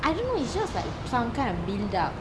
I didn't know it's just like some kind of build up